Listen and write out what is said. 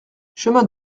chemin